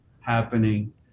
happening